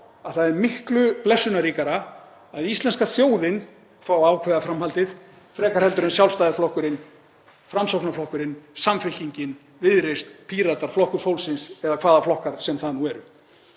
að það er miklu blessunarríkara að íslenska þjóðin fái að ákveða framhaldið frekar en Sjálfstæðisflokkurinn, Framsóknarflokkurinn, Samfylkingin, Viðreisn, Píratar, Flokkur fólksins eða hvaða flokkar sem það nú eru.